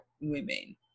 women